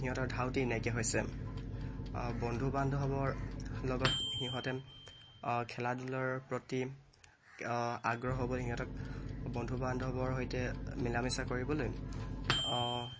সিহঁতৰ ধাউতি নাইকিয়া হৈছে বন্ধু বান্ধৱৰ লগত সিহঁতে খেলা ধূলাৰ প্ৰতি আগ্ৰহ হ'ব সিহঁতক বন্ধু বান্ধৱৰ সৈতে মিলা মিছা কৰিবলৈ